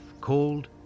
called